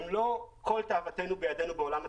הן לא כל תאוותנו בידינו בעולם התחרות,